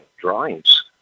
drawings